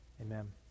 amen